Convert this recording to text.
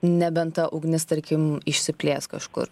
nebent ta ugnis tarkim išsiplės kažkur